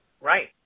right